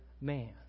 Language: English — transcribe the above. man